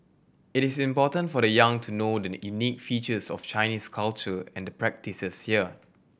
it is important for the young to know the unique features of Chinese culture and the practises here